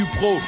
pro